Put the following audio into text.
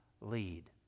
lead